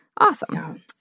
Awesome